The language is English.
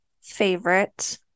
favorite